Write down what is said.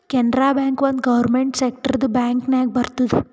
Canara bank ಒಂದ್ government ಸೆಕ್ಟರ್ದು bank ನಾಗ್ ಬರ್ತುದ್